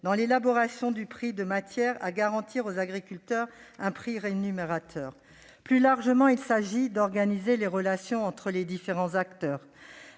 dans l'élaboration du prix de manière à garantir aux agriculteurs un prix rémunérateur. Plus largement, il s'agit d'organiser les relations entre les différents acteurs,